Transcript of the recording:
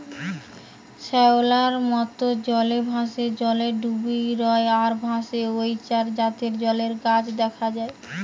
শ্যাওলার মত, জলে ভাসে, জলে ডুবি রয় আর ভাসে ঔ চার জাতের জলের গাছ দিখা যায়